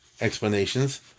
explanations